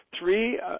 Three